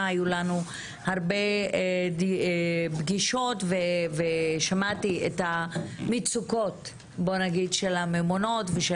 היו לנו הרבה פגישות ושמעתי את המצוקות של הממונות ושל